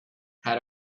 had